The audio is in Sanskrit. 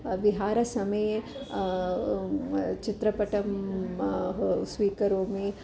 विहारसमये चित्रपटं स्वीकरोमि